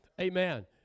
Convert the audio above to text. Amen